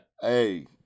Hey